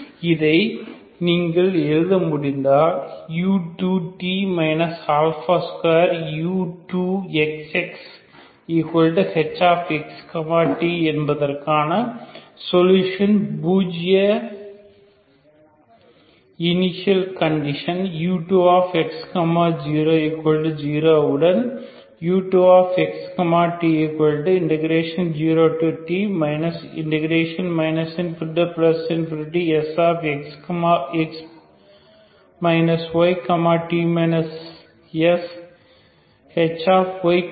இதை நீங்கள் எழுத முடிந்தால் u2t 2u2xxhx t என்பதற்கான சொல்யூஷன் பூஜ்ய இனிஷியல் கண்டிஷன் u2x 00 உடன் u2x t0t ∞Sx y t shy sdyds ஆகும்